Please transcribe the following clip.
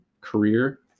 career